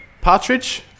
Partridge